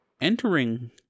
entering